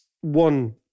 one